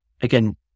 again